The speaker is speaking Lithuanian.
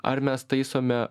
ar mes taisome